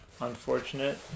unfortunate